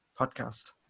podcast